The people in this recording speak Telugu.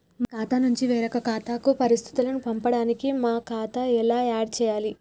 మా ఖాతా నుంచి వేరొక ఖాతాకు పరిస్థితులను పంపడానికి మా ఖాతా ఎలా ఆడ్ చేయాలి?